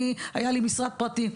היה לי משרד פרטי.